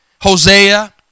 Hosea